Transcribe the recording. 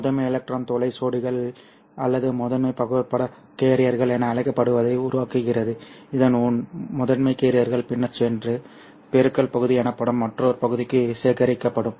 முதன்மை எலக்ட்ரான் துளை ஜோடிகள் அல்லது முதன்மை புகைப்பட கேரியர்கள் என அழைக்கப்படுவதை உருவாக்குகிறது இந்த முதன்மை கேரியர்கள் பின்னர் சென்று பெருக்கல் பகுதி எனப்படும் மற்றொரு பகுதிக்கு சேகரிக்கப்படும்